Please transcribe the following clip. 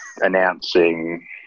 announcing